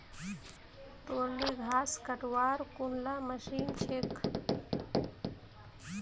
तोर ली घास कटवार कुनला मशीन छेक